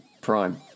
Prime